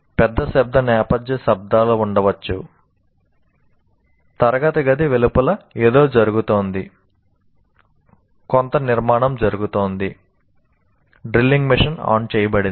పెద్ద శబ్ద నేపథ్య శబ్దాలు ఉండవచ్చు తరగతి గది వెలుపల ఏదో జరుగుతోంది కొంత నిర్మాణం జరుగుతోంది డ్రిల్లింగ్ మెషిన్ ఆన్ చేయబడింది